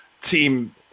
Team